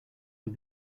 but